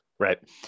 Right